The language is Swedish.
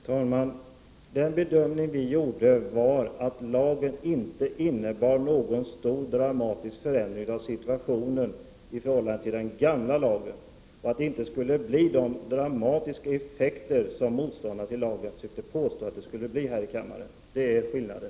Herr talman! Vi gjorde den bedömningen att lagen inte innebar någon stor dramatisk förändring av situationen i förhållande till den gamla lagen och att den inte skulle medföra de dramatiska effekter som motståndare till lagen försökte låta påskina här i kammaren. Det är det som är skillnaden.